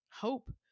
hope